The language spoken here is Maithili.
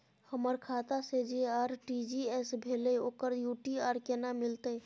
हमर खाता से जे आर.टी.जी एस भेलै ओकर यू.टी.आर केना मिलतै?